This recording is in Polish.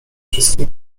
wszystkim